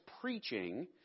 preaching